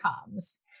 comes